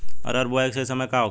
अरहर बुआई के सही समय का होखे?